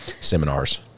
Seminars